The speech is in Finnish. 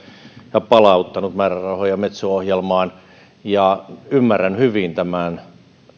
ja palauttanut määrärahoja metso ohjelmaan ymmärrän hyvin tämän